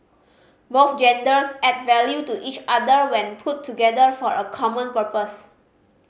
both genders add value to each other when put together for a common purpose